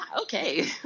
okay